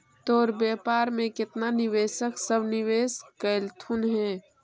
तोर व्यापार में केतना निवेशक सब निवेश कयलथुन हे?